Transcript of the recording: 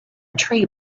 tree